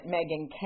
Megan